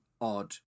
odd